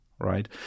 right